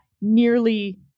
nearly